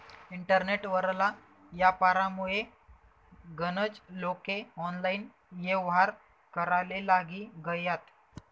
internet वरला यापारमुये गनज लोके ऑनलाईन येव्हार कराले लागी गयात